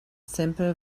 simple